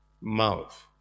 mouth